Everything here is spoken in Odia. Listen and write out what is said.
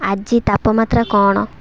ଆଜି ତାପମାତ୍ରା କ'ଣ